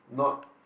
not